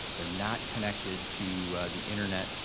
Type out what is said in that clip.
they're not connected to the internet.